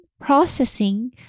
processing